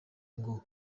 ngo